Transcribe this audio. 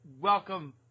welcome